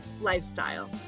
lifestyle